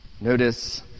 Notice